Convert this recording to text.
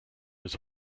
his